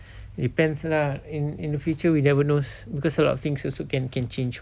depends lah in in the future we never knows because a lot of things also can can change [one]